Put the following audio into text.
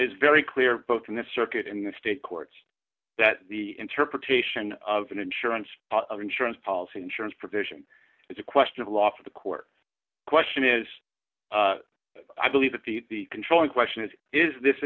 is very clear both in the circuit in the state courts that the interpretation of an insurance of insurance policy insurance provision is a question of law for the court question is i believe that the control in question is is this